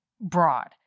broad